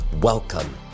welcome